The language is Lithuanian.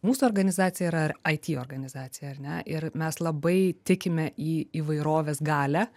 mūsų organizacija yra it organizacija ar ne ir mes labai tikime į įvairovės galią